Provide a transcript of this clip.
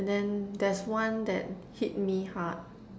and then there's one that hit me hard